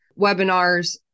webinars